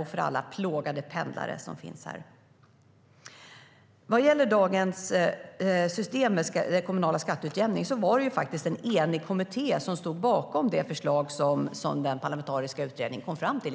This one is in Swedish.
och för alla plågade pendlare där. Vad gäller dagens system för den kommunala skatteutjämningen stod en enig kommitté, inklusive Moderaterna, bakom det förslag som den parlamentariska utredningen kom fram till.